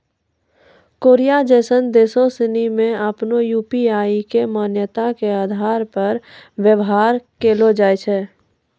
Korea जैसन देश सनि मे आपनो यू.पी.आई के मान्यता के आधार पर व्यवहार कैलो जाय छै